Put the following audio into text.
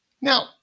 Now